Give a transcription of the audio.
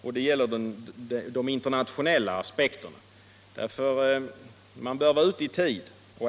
Jag vill ta upp de internationella aspekterna, eftersom vi bör vara ute i tid.